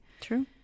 True